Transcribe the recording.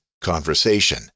conversation